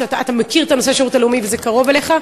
אתה מכיר את נושא השירות הלאומי וזה קרוב אליך,